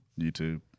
YouTube